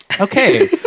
Okay